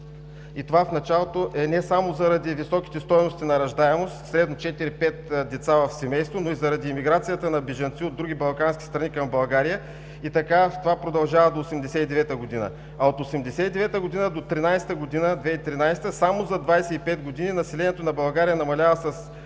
и това в началото е не само заради високите стойности на раждаемост, средно 4–5 деца в семейството, но и заради емиграцията на бежанци от други балкански страни към България и това продължава до 1989 г. От 1989 г. до 2013 г., само за 25 години, населението на България намалява от